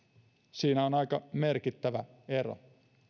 siinä on aika merkittävä ero